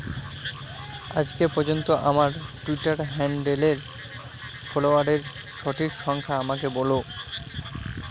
আজকে পর্যন্ত আমার টুইটার হ্যান্ডেলের ফলোয়ারের সঠিক সংখ্যা আমাকে বলো